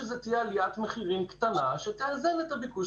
זה תהיה עליית מחירים קטנה שתאזן את הביקוש,